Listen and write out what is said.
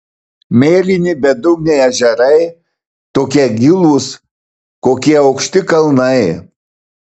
mėlyni bedugniai ežerai tokie gilūs kokie aukšti kalnai